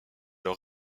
leur